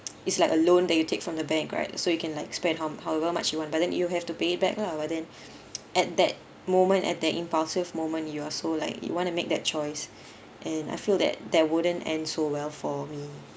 it's like a loan that you take from the bank right so you can like spend how however much you want but then you have to pay it back lah but then at that moment at the impulsive moment you are so like you want to make that choice and I feel that that wouldn't end so well for me